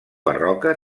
barroca